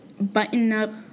button-up